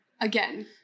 Again